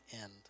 end